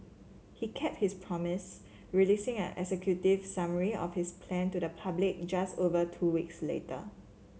he kept his promise releasing an executive summary of his plan to the public just over two weeks later